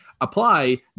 apply